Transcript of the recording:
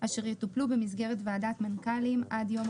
אשר יטופלו במסגרת ועדת מנכ"לים עד יום